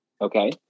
Okay